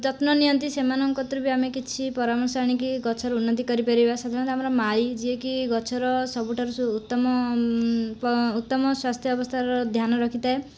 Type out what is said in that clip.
ଯତ୍ନ ନିଅନ୍ତି ସେମାନଙ୍କ କତିରୁ ବି ଆମେ କିଛି ପରାମର୍ଶ ଆଣିକି ଗଛର ଉନ୍ନତି କରି ପାରିବା ସାଧାରଣତଃ ଆମର ମାଳୀ ଯିଏକି ଗଛର ସବୁଠାରୁ ଉତ୍ତମ ଉତ୍ତମ ସ୍ୱାସ୍ଥ୍ୟ ଅବସ୍ଥାର ଧ୍ୟାନ ରଖିଥାଏ